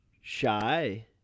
shy